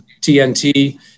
TNT